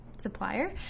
Supplier